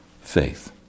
faith